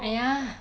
!aiya!